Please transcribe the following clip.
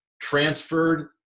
transferred